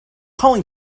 calling